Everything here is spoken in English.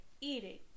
eating